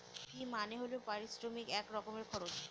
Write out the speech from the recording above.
ফি মানে হল পারিশ্রমিক এক রকমের খরচ